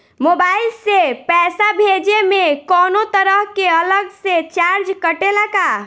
Mobile से पैसा भेजे मे कौनों तरह के अलग से चार्ज कटेला का?